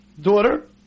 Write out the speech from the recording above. daughter